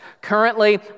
currently